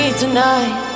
tonight